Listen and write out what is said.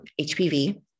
HPV